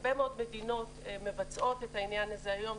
הרבה מאוד מדינות מבצעות את העניין הזה היום.